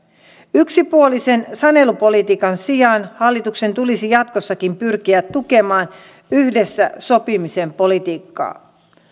yksipuolisen sanelupolitiikan sijaan hallituksen tulisi jatkossakin pyrkiä tukemaan yhdessä sopimisen politiikkaa